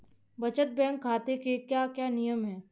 बचत बैंक खाते के क्या क्या नियम हैं?